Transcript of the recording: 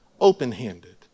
open-handed